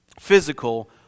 physical